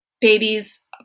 babies